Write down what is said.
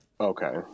Okay